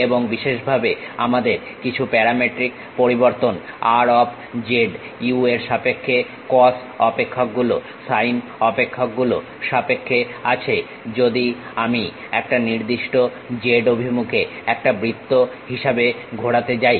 এবং বিশেষভাবে আমাদের কিছু প্যারামেট্রিক পরিবর্তন r অফ z u এর সাপেক্ষে cos অপেক্ষক গুলো sin অপেক্ষক গুলোর সাপেক্ষে আছে যদি আমি একটা নির্দিষ্ট z অভিমুখে একটা বৃত্ত হিসাবে ঘোরাতে যাই